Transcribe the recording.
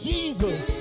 Jesus